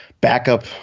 backup